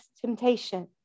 temptation